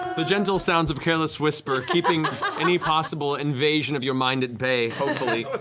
the gentle sounds of careless whisper keeping any possible invasion of your mind at and bay, but